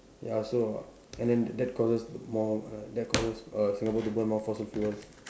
ya so and then that causes more err that causes err Singapore to burn more fossil fuels